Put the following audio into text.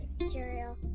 material